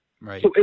Right